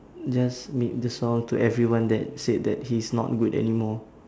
just made the song to everyone that said that he's not good anymore